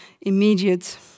immediate